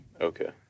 Okay